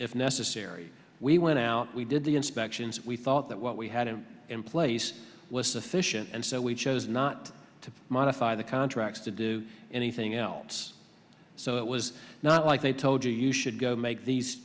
if necessary we went out we did the inspections we thought that what we had and in place was sufficient and so we chose not to modify the contracts to do anything else so it was not like they told you you should go make these